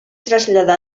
traslladà